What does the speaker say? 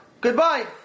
Goodbye